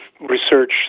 research